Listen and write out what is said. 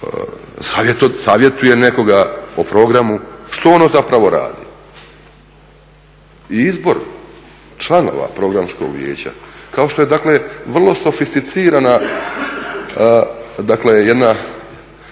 savjetuje nekoga o programu. Što ono zapravo radi? I izbor članova Programskog vijeća, kako što je vrlo sofisticirana jedna